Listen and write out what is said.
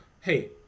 hey